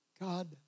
God